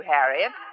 Harriet